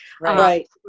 Right